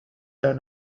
are